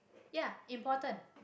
ya important